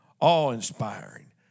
awe-inspiring